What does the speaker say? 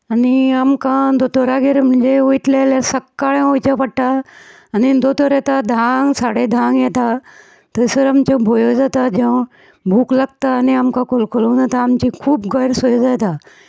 आनी आमकां दोतोरागेर म्हणजे वयतले जाल्या सक्काळीं वयचें पडटा आनी दोतोर येता धांक साडेधांक येता थंयसर आमकां भयो जाता जेवण भूक लागता आनी आमकां कलकलूंक जाता आनी आमची खूब गैरसोय जाता